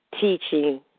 teaching